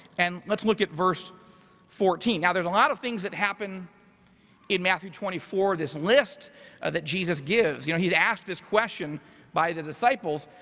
and let's look at verse fourteen. now there's a lot of things that happen in matthew twenty four, this list that jesus gives. you know he'd asked this question by the disciples,